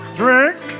drink